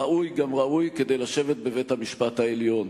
ראוי גם ראוי כדי לשבת בבית-המשפט העליון.